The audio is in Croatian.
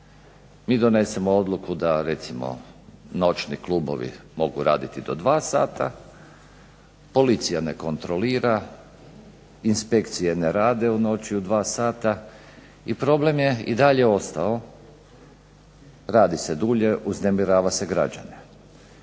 Mi donesemo odluku da recimo noćni klubovi mogu raditi do 2 sata, policija ne kontrolira, inspekcije ne rade u noći u 2 sata i problem je i dalje ostao, radi se dulje, uznemirava se građane.